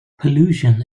pollution